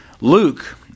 Luke